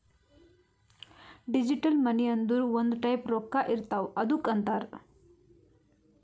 digital money ಅಂದುರ್ ಒಂದ್ type ರೊಕ್ಕಾ ಇರ್ತಾವ್ ಅದ್ದುಕ್ ಅಂತಾರ್